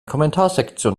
kommentarsektion